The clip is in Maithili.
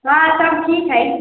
गाँव सब ठीक है